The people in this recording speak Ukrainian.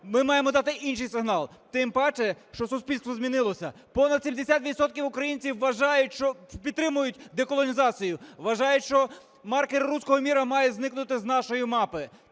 Ми маємо дати інший сигнал, тим паче, що суспільство змінилося. Понад 70 відсотків українців вважають, що підтримують деколонізацію, вважають, що маркер "руського міра" має зникнути з нашої мапи.